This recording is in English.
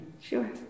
Sure